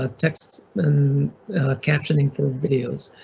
ah text and captioning for videos.